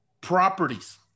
properties